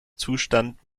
zustand